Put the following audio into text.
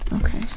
Okay